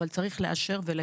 אבל צריך לאשר ולקדם.